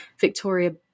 victoria